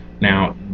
Now